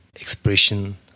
expression